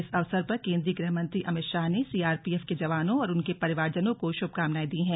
इस अवसर पर केन्द्रीय गृहमंत्री अमित शाह ने सीआरपीएफ के जवानों और उनके परिवार जनों को शुभकामनाएं दी हैं